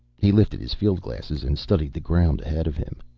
he lifted his fieldglasses and studied the ground ahead of him.